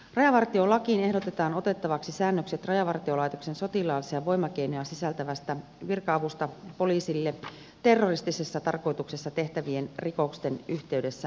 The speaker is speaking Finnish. rajavartiolakiin ehdotetaan otettavaksi säännökset rajavartiolaitoksen sotilaallisia voimakeinoja sisältävästä virka avusta poliisille terroristisessa tarkoituksessa tehtävien rikosten yh teydessä merialueilla